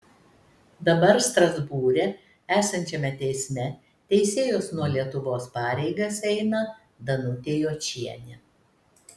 dabar strasbūre esančiame teisme teisėjos nuo lietuvos pareigas eina danutė jočienė